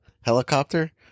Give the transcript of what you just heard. helicopter